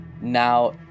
Now